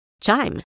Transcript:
Chime